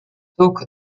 druck